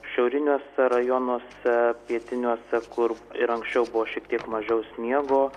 šiauriniuose rajonuose pietiniuose kur ir anksčiau buvo šiek tiek mažiau sniego